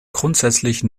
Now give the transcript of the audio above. grundsätzlich